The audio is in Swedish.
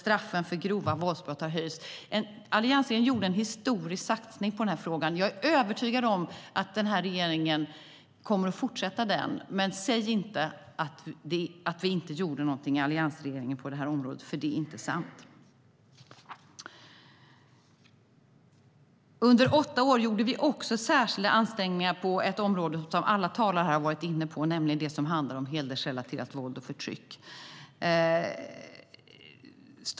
Straffen för grova våldsbrott har höjts. Under åtta år gjorde vi också särskilda ansträngningar på ett område som alla talare här har varit inne på, nämligen det som handlar om hedersrelaterat våld och förtryck.